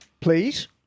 Please